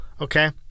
Okay